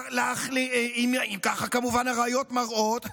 אם ככה הראיות מראות,